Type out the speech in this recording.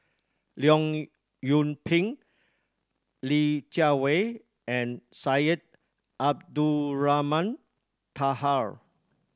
Leong Yoon Pin Li Jiawei and Syed Abdulrahman Taha